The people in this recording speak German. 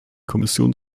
kommission